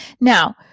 Now